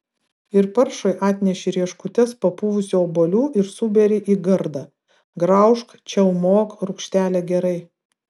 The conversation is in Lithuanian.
ir paršui atneši rieškutes papuvusių obuolių ir suberi į gardą graužk čiaumok rūgštelė gerai